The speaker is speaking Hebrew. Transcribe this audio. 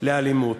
לאלימות.